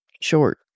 short